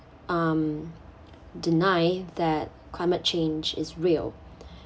um deny that climate change is real